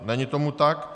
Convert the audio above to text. Není tomu tak.